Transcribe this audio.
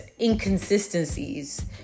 inconsistencies